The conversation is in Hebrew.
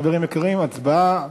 חברים יקרים, הצבעה.